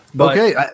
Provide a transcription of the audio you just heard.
Okay